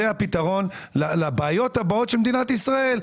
זה הפתרון לבעיות הבאות של מדינת ישראל,